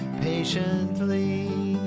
patiently